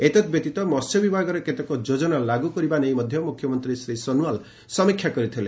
ଏତଦ୍ବ୍ୟତୀତ ମସ୍ୟ ବିଭାଗରେ କେତେକ ଯୋଚ୍ଚନା ଲାଗୁ କରିବା ନେଇ ମଧ୍ୟ ମୁଖ୍ୟମନ୍ତ୍ରୀ ଶ୍ରୀ ସୋନୱାଲ ସମୀକ୍ଷା କରିଥିଲେ